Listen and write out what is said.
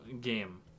game